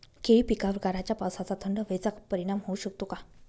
केळी पिकावर गाराच्या पावसाचा, थंड हवेचा परिणाम होऊ शकतो का?